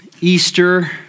Easter